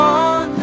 on